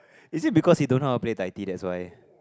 is it because he don't know how to play tai ti that's why